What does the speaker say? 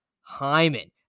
hyman